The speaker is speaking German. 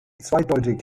zweideutig